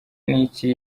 niki